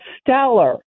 stellar